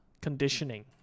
conditioning